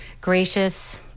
gracious